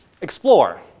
explore